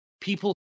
people